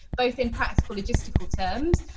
both in practical logistical terms,